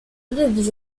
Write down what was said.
lives